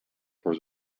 for